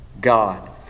God